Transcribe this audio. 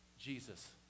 Jesus